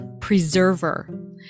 preserver